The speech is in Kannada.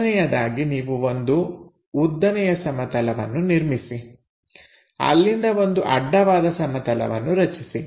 ಮೊದಲನೆಯದಾಗಿ ನೀವು ಒಂದು ಉದ್ದನೆಯ ಸಮತಲವನ್ನು ನಿರ್ಮಿಸಿ ಅಲ್ಲಿಂದ ಒಂದು ಅಡ್ಡವಾದ ಸಮತಲವನ್ನು ರಚಿಸಿ